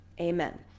Amen